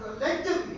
collectively